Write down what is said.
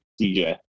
DJ